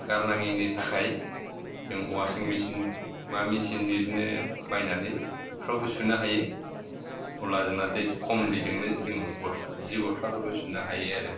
गारनाङैनि थाखाय जों washing machine मा मेसिन बिदिनो बायनानै बेफ्रावबो सुनो हायो अब्ला जोंना खम दैजोंनो जों सि गस्लाफोरखौ सुनो हायो आरो